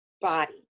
body